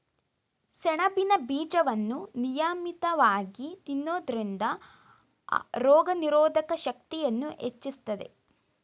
ಸೆಣಬಿನ ಬೀಜವನ್ನು ನಿಯಮಿತವಾಗಿ ತಿನ್ನೋದ್ರಿಂದ ರೋಗನಿರೋಧಕ ಶಕ್ತಿಯನ್ನೂ ಹೆಚ್ಚಿಸ್ತದೆ